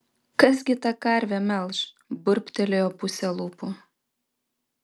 kas gi tą karvę melš burbtelėjo puse lūpų